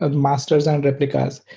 ah masters and replicas,